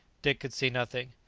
dick could see nothing.